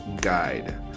guide